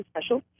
special